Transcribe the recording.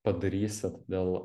padarysit dėl